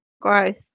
growth